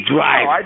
Drive